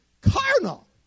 Carnal